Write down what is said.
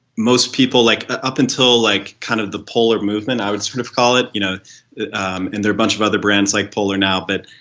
most people like ah up until like kind of the poler movement i would sort of call it you know um and there are bunch of other brands like poler now. but